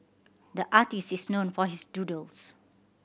the is known for his doodles